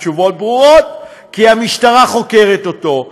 התשובות ברורות: כי המשטרה חוקרת אותו,